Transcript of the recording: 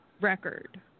record